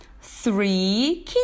Three